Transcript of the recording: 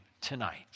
tonight